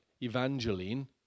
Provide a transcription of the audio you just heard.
Evangeline